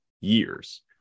years